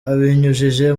abinyujije